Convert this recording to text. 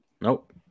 Nope